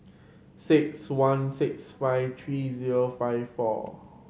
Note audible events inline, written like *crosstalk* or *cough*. *noise* six one six five three zero five four